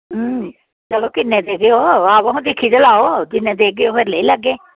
हां चलो किन्ने देगेओ आवो दे दिक्खी ते लैओ जिन्ने देगे ते फिर लेई लैगे